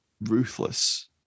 ruthless